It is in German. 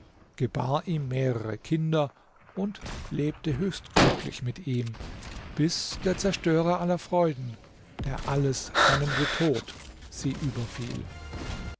gebar ihm mehrere kinder und lebte höchst glücklich mit ihm bis der zerstörer aller freuden der alles trennende tod sie überfiel